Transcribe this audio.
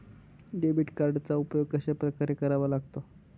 Debit कार्डचा उपयोग कशाप्रकारे करावा लागतो?